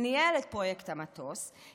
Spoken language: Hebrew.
שניהל את פרויקט המטוס,